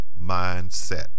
mindset